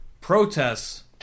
protests